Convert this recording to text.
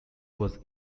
was